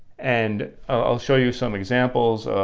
and i'll show you some examples.